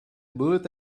bullet